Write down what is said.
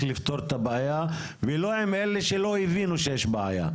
לפתור את הבעיה ולא עם אלו שלא הבינו שיש בעיה.